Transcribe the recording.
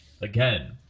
again